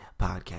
Podcast